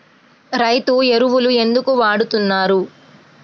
రైతు ఎరువులు ఎందుకు వాడుతున్నారు?